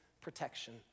protection